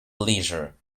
leisure